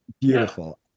Beautiful